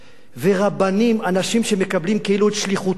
אנשים שמקבלים כאילו את שליחותם ואת ייעודם מאלוהים,